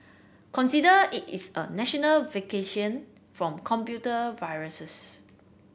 consider it is a national vaccination from computer viruses